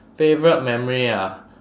favourite memory ah